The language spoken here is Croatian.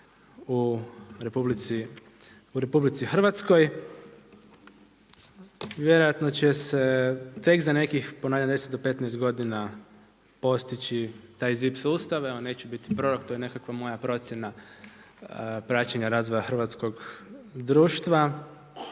spolova u RH. Vjerojatno će se tek za nekih, ponavljam 10 do 15 godina postići taj ZIP sustav, evo neću biti prorok, to je nekakva moja procjena praćenja razvoja hrvatskog društva